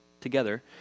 together